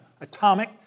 atomic